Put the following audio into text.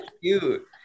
cute